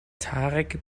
tarek